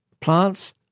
plants